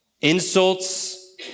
Insults